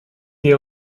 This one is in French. des